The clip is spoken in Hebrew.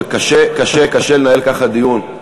וקשה קשה קשה לנהל ככה דיון.